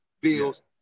bills